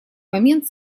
момент